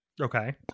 Okay